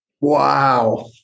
Wow